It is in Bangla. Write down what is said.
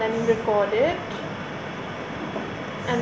খামারের গরুদের পেটখারাপের মতো অসুখ দেখা যায়